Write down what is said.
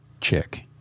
chick